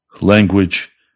language